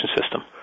system